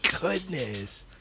goodness